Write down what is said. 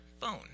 phone